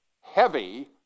heavy